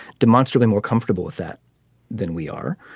demonstrably more comfortable with that than we are.